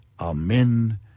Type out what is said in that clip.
Amen